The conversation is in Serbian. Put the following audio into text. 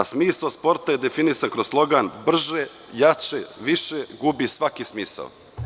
Smisao sporta koji je definisan kroz slogan – brže, jače, više, gubi svaki smisao.